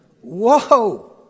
Whoa